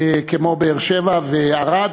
כמו באר-שבע וערד,